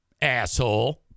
asshole